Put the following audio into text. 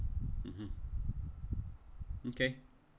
(uh huh) mm okay